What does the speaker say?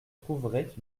trouverait